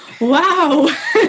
Wow